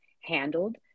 handled